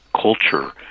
culture